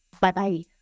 bye-bye